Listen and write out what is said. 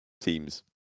teams